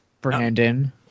Brandon